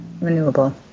renewable